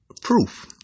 Proof